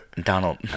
Donald